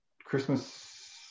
Christmas